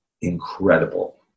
incredible